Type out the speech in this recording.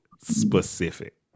specific